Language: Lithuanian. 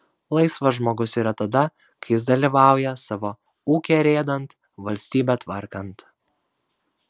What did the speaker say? laisvas žmogus yra tada kai jis dalyvauja savo ūkę rėdant valstybę tvarkant